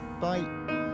bye